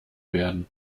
werden